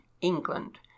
England